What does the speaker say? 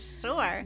sure